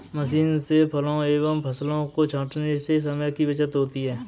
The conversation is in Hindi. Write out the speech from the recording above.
मशीन से फलों एवं फसलों को छाँटने से समय की बचत होती है